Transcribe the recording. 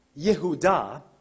Yehuda